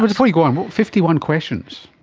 before you go on, fifty one questions?